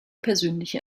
persönliche